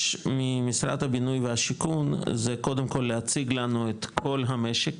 ממשרד הבינוי והשיכון זה קודם כל להציג לנו את כל המשק,